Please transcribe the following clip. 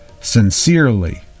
sincerely